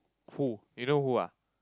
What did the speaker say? who you know who ah